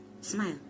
Smile